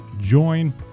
join